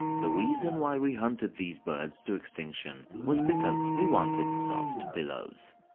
the reason why we hunted these birds to extinction was because we wanted soft pillows.